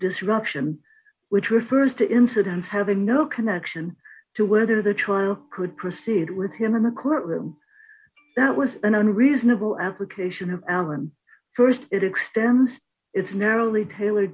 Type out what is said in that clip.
disruption which refers to incidents having no connection to whether the child could proceed with him in the court room that was an unreasonable application of alan st it extends its narrowly tailor